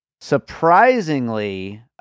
Surprisingly